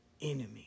enemy